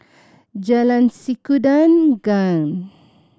Jalan Sikudangan